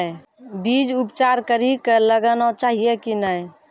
बीज उपचार कड़ी कऽ लगाना चाहिए कि नैय?